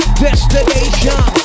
destination